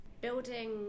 building